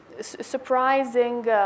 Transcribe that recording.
surprising